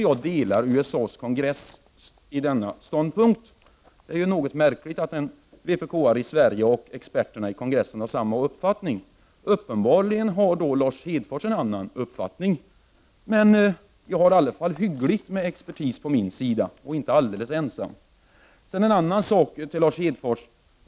Jag håller med i det avseendet. Det är något märkligt att en vpk-are i Sverige och experterna i USA:s kongress har samma uppfattning. Uppenbarligen har Lars Hedfors en annan uppfattning. Men jag kan i varje fall säga att jag har hygglig expertis på min sida. Jag är alltså inte alldeles ensam. Sedan till en annan sak, Lars Hedfors.